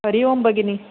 हरि ओम् भगिनि